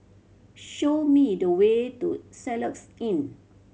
show me the way to Soluxe Inn